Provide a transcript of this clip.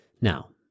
Now